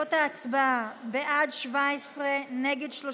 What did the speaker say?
תוצאות ההצבעה: בעד, 17, נגד,